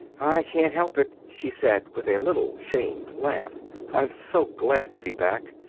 i can't help it, she said, with a little shamed laugh i'm so glad to be back.